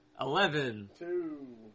Eleven